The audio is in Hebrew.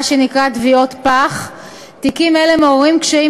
מה שנקרא "תביעות פח" תיקים אלה מעוררים קשיים